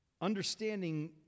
understanding